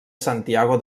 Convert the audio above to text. santiago